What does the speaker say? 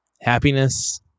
happiness